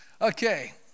Okay